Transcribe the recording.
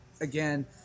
again